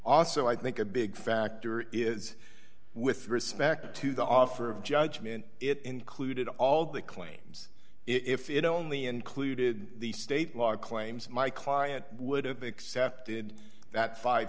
also i think a big factor is with respect to the offer of judgment it included all the claims if it only included the state law claims my client would have accepted that five